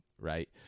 right